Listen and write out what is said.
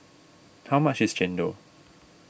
how much is Chendol